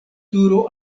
turo